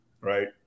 right